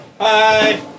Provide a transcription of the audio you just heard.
Hi